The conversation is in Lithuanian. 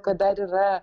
kad dar yra